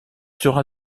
sera